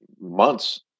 months